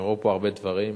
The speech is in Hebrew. נאמרו פה הרבה דברים.